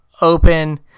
open